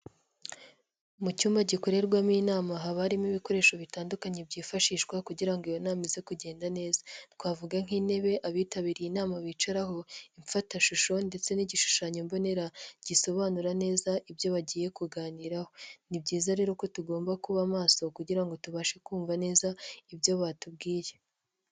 Mu cyumba gikorerwamo inama haba harimo ibikoresho bitandukanye byifashishwa kugira ngo iyo nama izekugenda neza. Twavuga nk'intebe abitabiriye inama bicaraho, imfatashusho ndetse n'igishushanyo mbonera gisobanura neza ibyo bagiye kuganiraho. Ni byiza rero ko tugomba kuba maso kugira ngo tubashe kumva neza ibyo batubwiye.